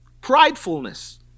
pridefulness